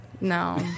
No